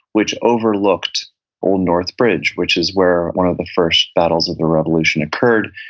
which overlooked old north bridge, which is where one of the first battles of the revolution occurred,